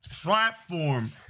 platform